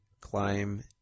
climb